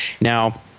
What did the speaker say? Now